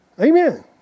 Amen